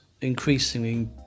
increasingly